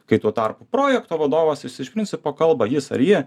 kai tuo tarpu projekto vadovas jis iš principo kalba jis ar ji